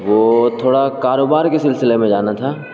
وہ تھوڑا کاروبار کے سلسلے میں جانا تھا